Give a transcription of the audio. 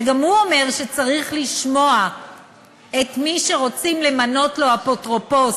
שגם הוא אומר שצריך לשמוע את מי שרוצים למנות לו אפוטרופוס,